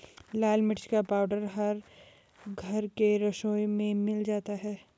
लाल मिर्च का पाउडर हर घर के रसोई में मिल जाता है